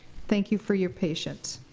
thank you for your patience.